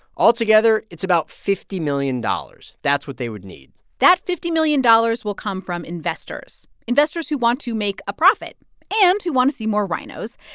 altogether, it's about fifty million dollars. that's what they would need that fifty million dollars will come from investors, investors who want to make a profit and who want to see more rhinos.